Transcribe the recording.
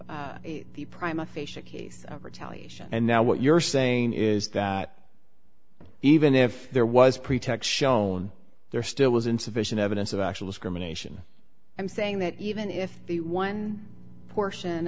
of the primal facia case of retaliation and now what you're saying is that even if there was pretext shown there still was insufficient evidence of actual discrimination i'm saying that even if one portion